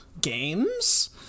Games